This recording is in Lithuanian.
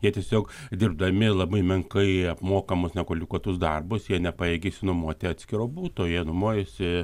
jie tiesiog dirbdami labai menkai apmokamus nekvalifikuotus darbus jie nepajėgia išsinuomoti atskiro buto jie nuomojasi